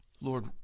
Lord